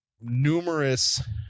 numerous